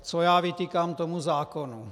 Co já vytýkám tomu zákonu.